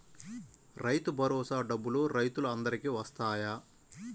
రైతు భరోసా డబ్బులు రైతులు అందరికి వస్తాయా?